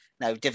no